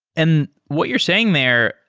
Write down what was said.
and what you're saying there,